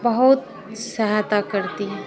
बहुत सहायता करती है